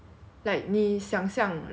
you can get free for buying another